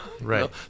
Right